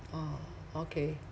orh okay